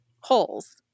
holes